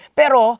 pero